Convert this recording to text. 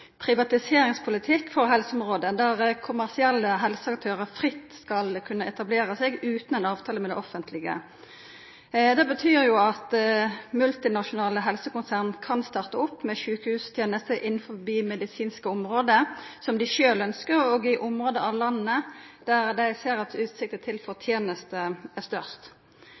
privatiseringspolitikk for helseområdet der kommersielle helseaktørar fritt skal kunne etablera seg utan ein avtale med det offentlege. Dette betyr at multinasjonale helsekonsern kan starta opp med sjukehustenester innanfor medisinske område som dei sjølve ønskjer, og i område av landet der dei ser at utsikter til forteneste er størst.